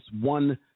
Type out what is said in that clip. one